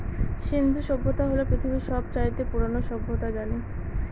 সিন্ধু সভ্যতা হল পৃথিবীর সব চাইতে পুরোনো সভ্যতা জানি